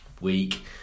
week